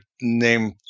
name